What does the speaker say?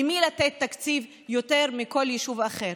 למי לתת יותר תקציב מכל יישוב אחר.